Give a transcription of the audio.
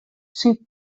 syn